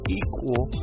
equal